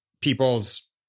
people's